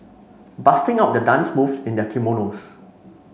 busting out their dance move in their kimonos